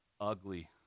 ugly